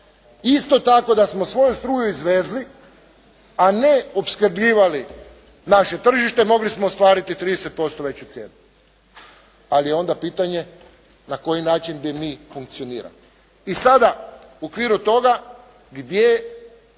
Isto tako da smo svoju struku izvezli, a ne opskrbljivali naše tržište, mogli smo ostvariti 30% veću cijenu, ali je onda pitanje na koji način bi mi funkcionirali. I sada u okviru toga gdje su